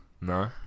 No